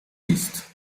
list